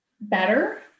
better